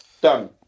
Done